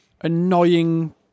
annoying